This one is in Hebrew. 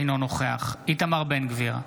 אינו נוכח איתמר בן גביר,